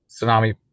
tsunami